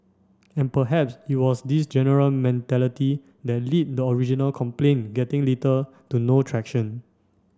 and perhaps it was this general mentality that lead to the original complaint getting little to no traction